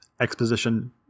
exposition